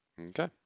Okay